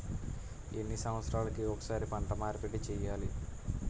ఎన్ని సంవత్సరాలకి ఒక్కసారి పంట మార్పిడి చేయాలి?